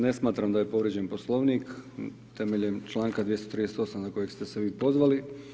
Ne smatram da je povrijeđen Poslovnik temeljem čl. 238 na kojeg ste se vi pozvali.